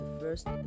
first